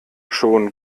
schon